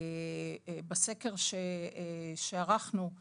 בסקר שערכנו על